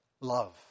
love